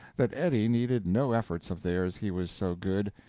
that eddie needed no efforts of theirs, he was so good,